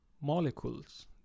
molecules